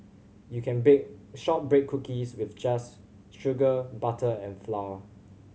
you can bake shortbread cookies with just sugar butter and flour